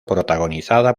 protagonizada